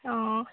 অঁ